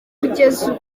kugeza